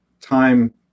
Time